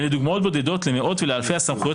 אלו דוגמאות בודדות למאות ולאלפי הסמכויות